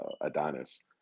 Adonis